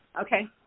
Okay